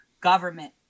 government